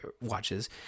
watches